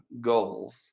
goals